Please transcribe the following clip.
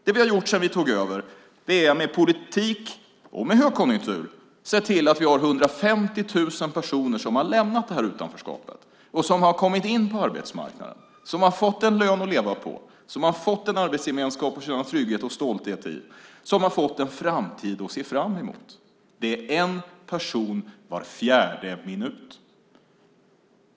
Det vi har gjort sedan vi tog över är att med politik, och med högkonjunktur, se till att 150 000 personer har lämnat det här utanförskapet och har kommit in på arbetsmarknaden. De har fått en lön att leva på. De har fått en arbetsgemenskap att känna trygghet och stolthet i. De har fått en framtid att se fram emot. Det är en person var fjärde minut.